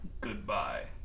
Goodbye